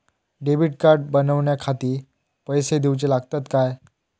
Debit card बनवण्याखाती पैसे दिऊचे लागतात काय?